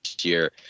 year